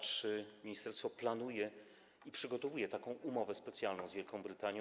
Czy ministerstwo planuje i przygotowuje taką umowę specjalną z Wielką Brytanią?